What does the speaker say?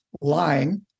lying